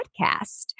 Podcast